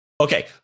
Okay